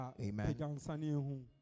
Amen